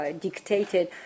dictated